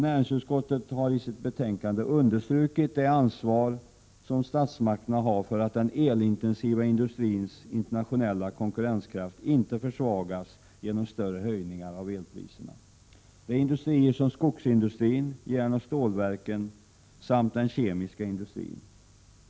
Näringsutskottet har i sitt betänkande understrukit det ansvar som statsmakterna har för att den elintensiva industrins internationella konkurrenskraft inte försvagas på grund av större höjningar av elpriserna. Detta gäller t.ex. skogsindustrin, järnoch stålverken samt den kemiska industrin.